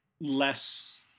less